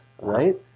right